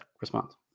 response